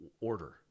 order